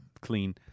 clean